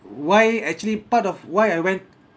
why actually part of why I went